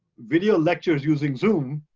video lectures using zoom